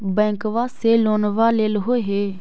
बैंकवा से लोनवा लेलहो हे?